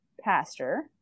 pastor